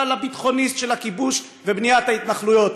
לביטחוניסט של הכיבוש ובניית ההתנחלויות.